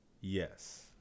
yes